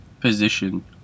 position